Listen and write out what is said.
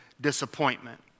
disappointment